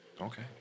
Okay